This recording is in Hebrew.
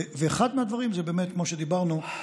אחד מהדברים הוא באמת, כמו שדיברנו,